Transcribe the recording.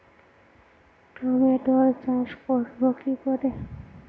টমেটোর চাষ করব কি করে?